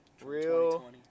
real